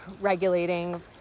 regulating